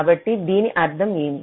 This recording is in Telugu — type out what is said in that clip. కాబట్టి దీని అర్థం ఏమి